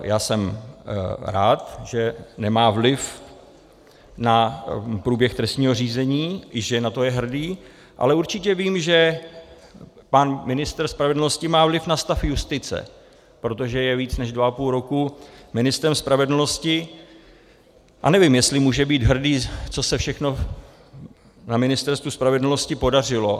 Já jsem rád, že nemá vliv na průběh trestního řízení, že na to je hrdý, ale určitě vím, že pan ministr spravedlnosti má vliv na stav justice, protože je více než dva a půl roku ministrem spravedlnosti, a nevím, jestli může být hrdý, co se všechno na ministerstvu spravedlnosti podařilo.